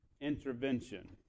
Intervention